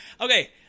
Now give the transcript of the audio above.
Okay